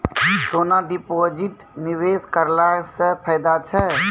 सोना deposit निवेश करला से फैदा छै?